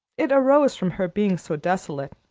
it arose from her being so desolate.